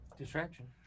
Distraction